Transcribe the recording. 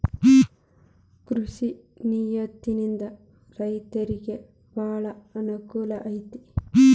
ಕೃಷಿ ನೇತಿಯಿಂದ ರೈತರಿಗೆ ಬಾಳ ಅನಕೂಲ ಐತಿ